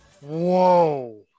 Whoa